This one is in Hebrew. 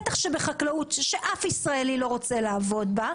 בטח שבחקלאות שאף ישראלי לא רוצה לעבוד בה.